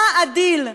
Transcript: מה הדיל?